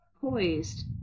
poised